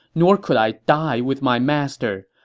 nor could i die with my master.